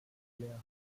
blair